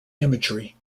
imagery